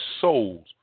souls